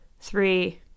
three